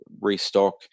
restock